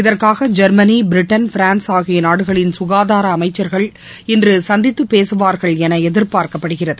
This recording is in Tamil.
இதற்னக ஜெர்மனி பிரிட்டன் பிரான்ஸ் ஆகிய நாடுகளின் சுனதார அமைச்சர்கள் இன்று சந்தித்து பேசுவார்கள் என எதிர்பார்க்கப்படுகிறது